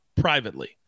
privately